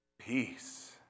peace